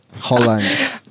Holland